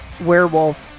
werewolf